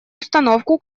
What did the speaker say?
установку